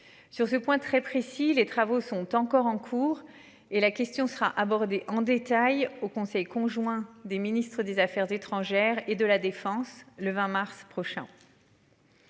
Sur ce point très précis, les travaux sont encore en cours et la question sera abordée en détail au Conseil conjoint des ministres des Affaires étrangères et de la défense le 20 mars prochain.